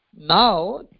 Now